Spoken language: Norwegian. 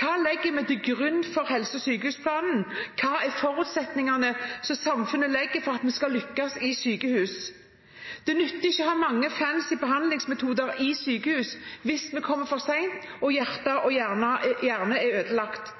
Hva legger vi til grunn for helse- og sykehusplanen? Hva er forutsetningene samfunnet legger for at vi skal lykkes i sykehus? Det nytter ikke å ha mange fancy behandlingsmetoder i sykehus hvis vi kommer for sent og hjertet eller hjernen er ødelagt.